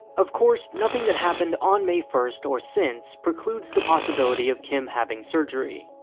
of course, nothing that happened on may first or since precludes the possibility of kim having surgery.